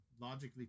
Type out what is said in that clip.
logically